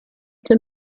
che